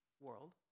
world